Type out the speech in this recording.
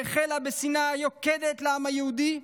היא החלה בשנאה יוקדת לעם היהודי,